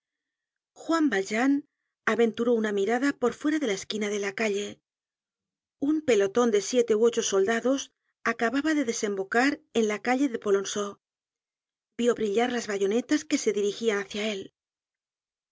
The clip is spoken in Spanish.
juan valjean aventuró una mirada por fuera de la esquina de la calle un peloton de siete ú ocho soldados acababa de desembocar en la calle polonceau vió brillar las bayonetas que se dirigian hácia él